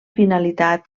finalitat